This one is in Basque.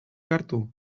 hartu